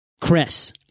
Chris